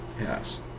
yes